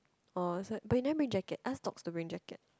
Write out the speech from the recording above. oh so but you never bring jackets asked you to bring jacket